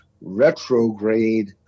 retrograde